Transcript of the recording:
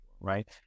right